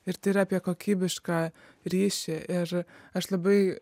ir tik apie kokybišką ryšį ir aš labai